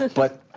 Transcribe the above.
and but